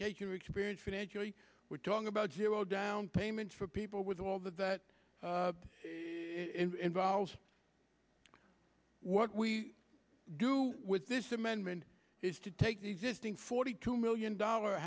get your experience financially we're talking about zero down payments for people with all that that involves what we do with this amendment is to take the existing forty two million dollar